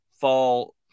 fall